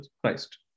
Christ